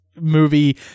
Movie